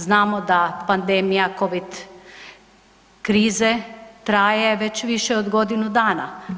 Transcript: Znamo da pandemija covid krize traje već više od godinu dana.